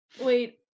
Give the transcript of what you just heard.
Wait